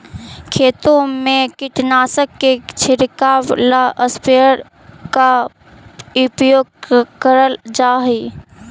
खेतों में कीटनाशक के छिड़काव ला स्प्रेयर का उपयोग करल जा हई